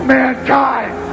mankind